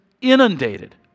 inundated